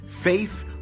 Faith